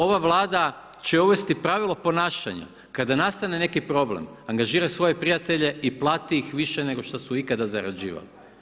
Ova Vlada će uvesti pravilo ponašanja, kada nastane neki problem, angažira svoje prijatelje i plati ih više nego što su ikada zarađivali.